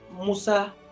musa